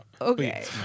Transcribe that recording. Okay